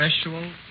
special